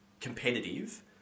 competitive